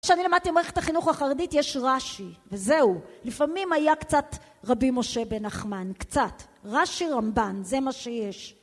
כשאני למדתי מערכת החינוך החרדית יש רשי וזהו לפעמים היה קצת רבי משה בן נחמן קצת רשי רמבן זה מה שיש